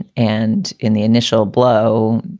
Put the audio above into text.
and in the initial blow,